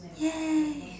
!yay!